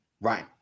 right